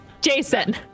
Jason